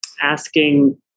asking